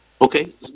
Okay